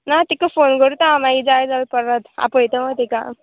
ना तिका फोन करता हांव मागीर जाय जाल्यार परत आपयता मागी तिका